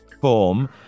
form